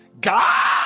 God